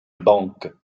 banque